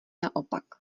naopak